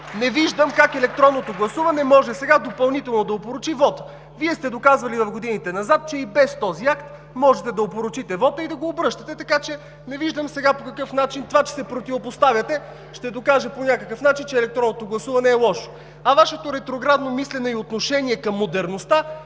не виждам как електронното гласуване може сега допълнително да опорочи вота. В годините назад Вие сте доказвали, че и без този акт можете да опорочите вота и да го обръщате, така че не виждам сега по какъв начин това, че се противопоставяте, ще докаже по някакъв начин, че електронното гласуване е лошо. Вашето ретроградно мислене и отношение към модерността